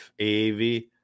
AAV